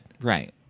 Right